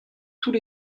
tous